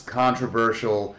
controversial